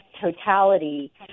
totality